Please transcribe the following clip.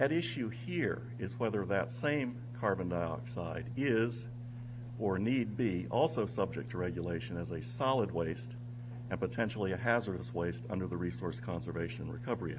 at issue here is whether that same carbon dioxide is or need be also subject to regulation as a solid waste and potentially a hazardous waste under the resource conservation recovery